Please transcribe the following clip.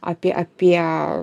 apie apie